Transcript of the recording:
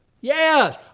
Yes